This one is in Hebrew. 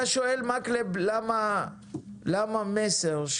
אתה שואל למה מסר,